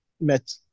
met